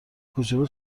کوچولو